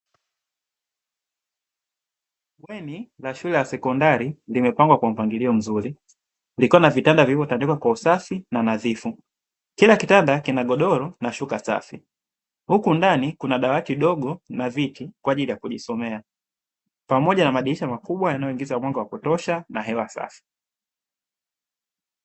Bweni la shule ya sekondari limepangwa kwa mpangilio mzuri, likiwa na vitanda vilivyotandikwa kwa usafi na nadhifu. Kila kitanda kina godoro na shuka safi, huku ndani kuna dawati dogo na viti kwa ajili ya kujisomea, pamoja na madirisha makubwa yanayoingiza mwanga wa kutosha na hewa safi.